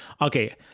okay